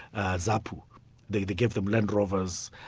zapu, they they gave them land rovers,